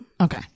Okay